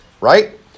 right